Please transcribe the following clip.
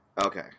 Okay